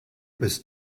was